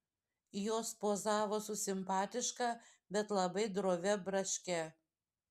jos pozavo su simpatiška bet labai drovia braške